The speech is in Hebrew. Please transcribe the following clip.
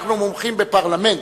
אנחנו מומחים בפרלמנט,